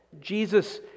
Jesus